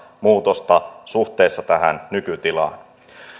muutosta suhteessa tähän nykytilaan